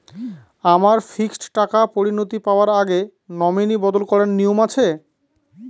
আমার ফিক্সড টাকা পরিনতি পাওয়ার আগে নমিনি বদল করার নিয়ম আছে?